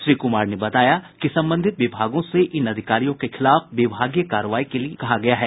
श्री क्मार ने बताया कि संबंधित विभागों से इन अधिकारियों के खिलाफ विभागीय कार्रवाई के लिए कहा गया है